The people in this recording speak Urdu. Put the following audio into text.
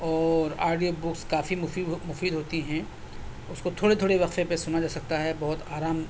اور آڈیو بکس کافی مفید ہوتی ہیں اس کو تھوڑے تھوڑے وقفے پہ سنا جا سکتا ہے بہت آرام